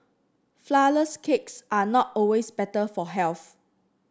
flourless cakes are not always better for health